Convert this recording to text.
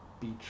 beach